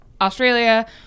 Australia